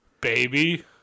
baby